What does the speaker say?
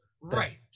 Right